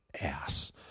ass